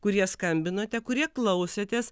kurie skambinote kurie klausėtės